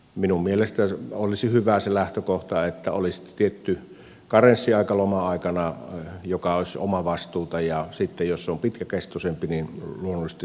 minun mielestäni olisi hyvä se lähtökohta että olisi tietty karenssiaika loma aikana joka olisi omavastuuta ja sitten jos se on pitkäkestoisempi niin luonnollisesti silloin se on tarpeellinen